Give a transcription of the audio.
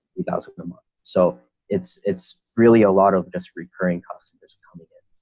thousand a month. so it's it's really a lot of us recurring customers coming in.